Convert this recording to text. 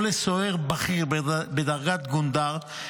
או לסוהר בכיר בדרגת גונדר,